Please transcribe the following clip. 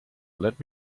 let